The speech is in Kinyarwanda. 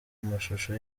amashusho